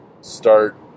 Start